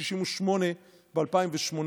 ל-68% ב-2018,